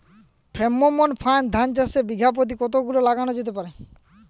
Pheromone ফাঁদ ধান চাষে বিঘা পতি কতগুলো লাগানো যেতে পারে?